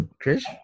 Chris